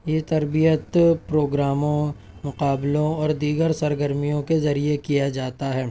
یہ تربیت پروگراموں مقابلوں اور دیگر سرگرمیوں کے ذریعے کیا جاتا ہے